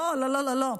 לא לא לא לא.